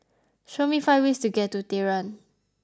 show me five ways to get to Tehran